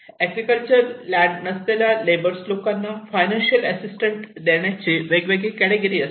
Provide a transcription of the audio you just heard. agriculture land नसलेल्या labours लोकांना financial assistant देण्याचे वेगळी कॅटेगिरी असते